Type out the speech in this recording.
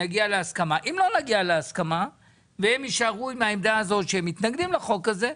אם לא תגיעו להסכמה והם יישארו עם העמדה הזאת שהם מתנגדים לחוק הזה,